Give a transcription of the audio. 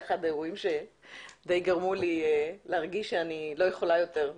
אחד האירועים שדי גרמו לי להרגיש שאני לא יכולה יותר.